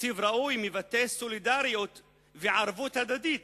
תקציב ראוי מבטא סולידריות וערבות הדדית.